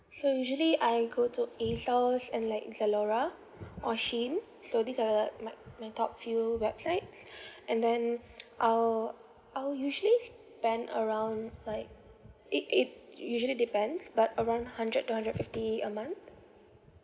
so usually I go to ASOS and like zalora or shein so these are the my my top few websites and then I'll I'll usually spend around like it it usually depends but around hundred to hundred fifty a month